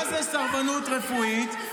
מה זה סרבנות רפואית,